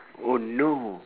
oh no